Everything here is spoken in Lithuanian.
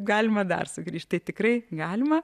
galima dar sugrįžt tai tikrai galima